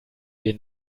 wir